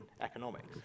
economics